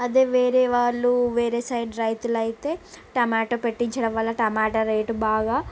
అదే వేరే వాళ్ళు వేరే సైడ్ రైతులు అయితే టమోట పెట్టించడం వల్ల టమోట రేట్ బాగా